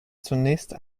zunächst